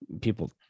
people